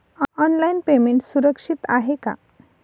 Online payment सुरक्षित आहे का?